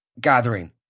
gathering